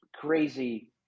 crazy